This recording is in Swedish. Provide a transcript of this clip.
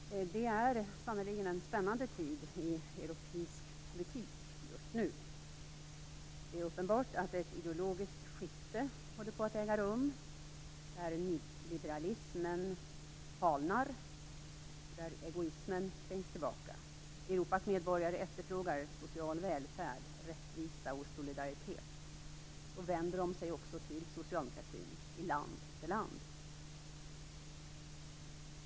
Fru talman! Det är sannerligen en spännande tid i europeisk politik just nu. Det är uppenbart att ett ideologiskt skifte håller på att äga rum där nyliberalismen falnar och egoismen trängs tillbaka. Europas medborgare efterfrågar social välfärd, rättvisa och solidaritet. Då vänder de sig också till socialdemokratin i land efter land.